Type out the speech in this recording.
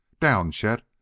down, chet,